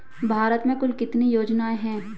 भारत में कुल कितनी योजनाएं हैं?